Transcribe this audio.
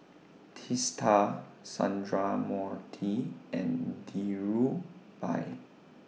Teesta Sundramoorthy and Dhirubhai